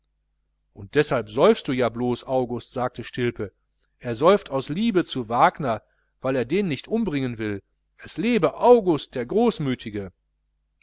und deshalb säufst du ja blos august sagte stilpe er säuft aus liebe zu wagner weil er den nicht umbringen will es lebe august der großmütige